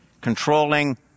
controlling